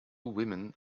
women